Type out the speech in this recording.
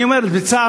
אני אומר בצער,